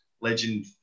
legend